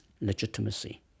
legitimacy